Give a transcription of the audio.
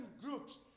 groups